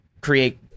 create